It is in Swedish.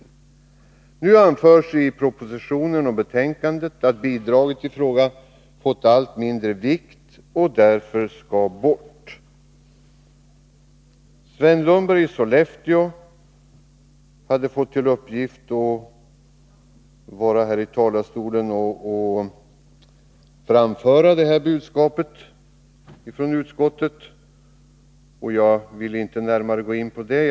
Nu anförs i propositionen och betänkandet att bidraget i fråga fått allt mindre vikt och därför skall bort. Sven Lundberg i Sollefteå hade fått till uppgift att från talarstolen framföra detta budskap från utskottet. Jag vill inte närmare gå in på det.